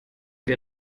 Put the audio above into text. wir